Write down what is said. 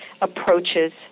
approaches